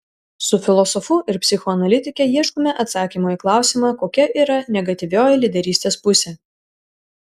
su filosofu ir psichoanalitike ieškome atsakymo į klausimą kokia yra negatyvioji lyderystės pusė